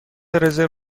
رزرو